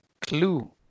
clue